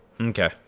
Okay